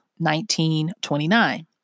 1929